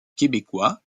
québécois